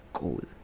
goal